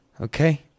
okay